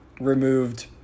removed